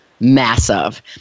massive